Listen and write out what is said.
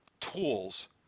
tools